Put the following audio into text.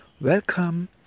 Welcome